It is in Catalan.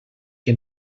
que